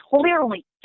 clearly